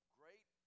great